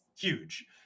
huge